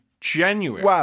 Genuine